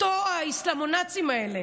אותם האסלאמונאצים האלה